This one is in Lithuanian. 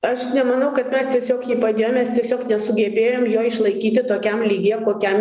aš nemanau kad mes tiesiog jį padėjom mes tiesiog nesugebėjom jo išlaikyti tokiam lygyje kokiam